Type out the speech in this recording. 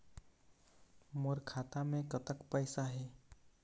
मोर खाता मे कतक पैसा हे?